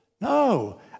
No